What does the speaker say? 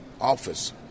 office